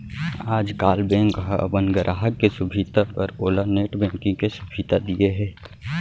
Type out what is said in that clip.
आजकाल बेंक ह अपन गराहक के सुभीता बर ओला नेट बेंकिंग के सुभीता दिये हे